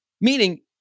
Meaning